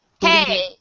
Hey